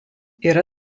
yra